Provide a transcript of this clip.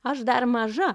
aš dar maža